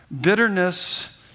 Bitterness